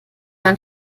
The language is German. man